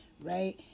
right